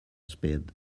speed